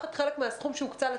למה לא יכולים להעסיק נהג?